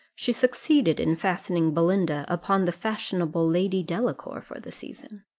she succeeded in fastening belinda upon the fashionable lady delacour for the season.